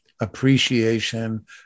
appreciation